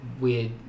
weird